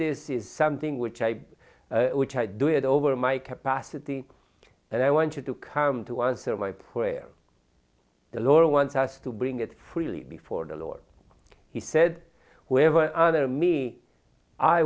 this is something which i which i do it over my capacity and i want you to come to answer my prayer the lord wants us to bring it freely before the lord he said whoever other me